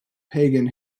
pagan